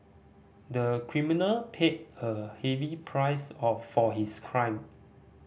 the criminal paid a heavy price of for his crime